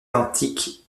antique